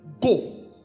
go